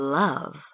Love